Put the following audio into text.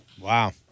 Wow